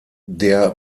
der